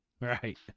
Right